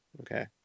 Okay